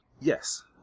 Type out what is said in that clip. Yes